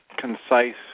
concise